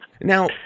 Now